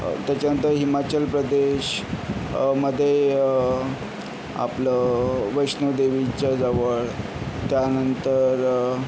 त्याच्यानंतर हिमाचल प्रदेश मध्ये आपलं वैष्णोदेवीच्याजवळ त्यानंतर